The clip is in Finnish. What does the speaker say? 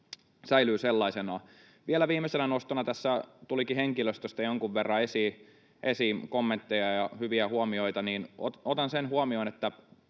säilyy sellaisenaan. Vielä viimeisenä nostona tässä tulikin jonkun verran esiin kommentteja ja hyviä huomioita henkilöstöstä, niin otan sen huomioon ja